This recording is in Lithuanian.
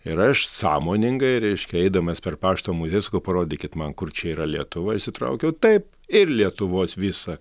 ir aš sąmoningai reiškia eidamas per pašto muziejų sakau parodykit man kur čia yra lietuva išsitraukiau taip ir lietuvos visą